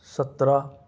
سترہ